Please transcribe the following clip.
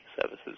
services